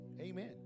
Amen